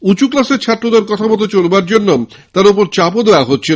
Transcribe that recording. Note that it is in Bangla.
উঁচু ক্লাসের ছাত্রদের কথামতো চলবার জন্য ওপর চাপ দেওয়া হচ্ছিল